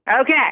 Okay